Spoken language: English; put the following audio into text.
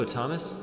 Thomas